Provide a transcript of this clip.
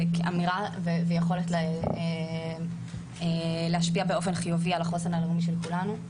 אמירה ויכולת להשפיע באופן חיובי על החוסן הלאומי של כולנו,